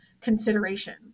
consideration